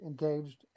engaged